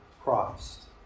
Christ